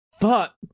fuck